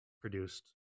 produced